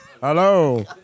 Hello